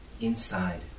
inside